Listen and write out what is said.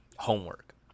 Homework